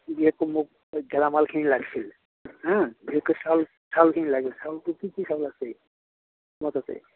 বিশেষকৈ মোক গেলামালখিনি লাগিছিল হাঁ বিশেষকৈ চাউল চাউলখিনি লাগিছিল চাউলটো কি কি চাউল আছে তোমাৰ তাতে